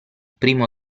primo